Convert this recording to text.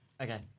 Okay